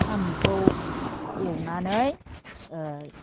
साम'खौ एवनानै